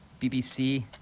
BBC